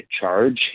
charge